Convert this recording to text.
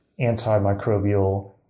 antimicrobial